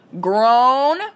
grown